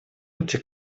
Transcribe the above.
этих